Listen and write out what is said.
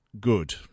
good